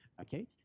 okay